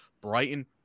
Brighton